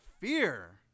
fear